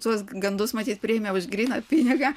tuos gandus matyt priėmė už gryną pinigą